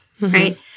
right